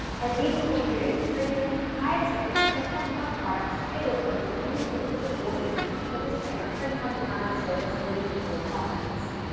and then he will create premium, higher-ticket, print-on-demand products tailored for his new, lucrative audience with his favorite print-on-demand service being pillowprofits.